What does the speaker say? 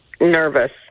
Nervous